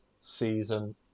season